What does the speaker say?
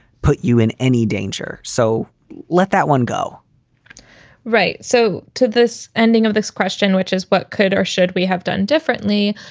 put you in any danger. so let that one go right. so to this ending of this question, which is what could or should we have done differently?